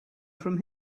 from